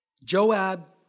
Joab